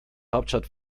hauptstadt